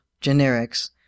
generics